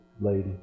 lady